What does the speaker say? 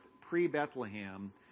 pre-Bethlehem